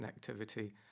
connectivity